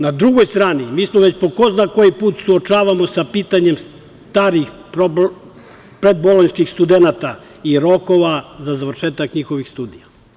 Na drugoj strani mi se već po ko zna koji put suočavamo sa pitanjem starih predbolonjskih studenata i rokova za završetak njihovih studija.